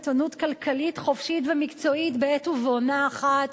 עיתונות כלכלית חופשית ומקצועית בעת ובעונה אחת.